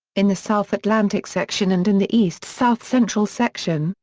in the south atlantic section and in the east south central section,